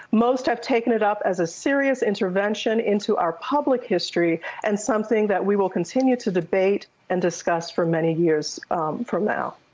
most have taken it up as a serious intervention into our public history and something that we will continue to debate and discuss for many years from now.